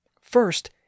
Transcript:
First